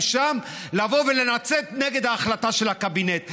שם לבוא ולצאת נגד ההחלטה של הקבינט.